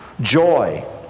joy